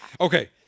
Okay